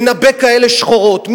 לנבא שחורות כאלה.